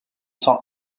sang